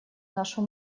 нашу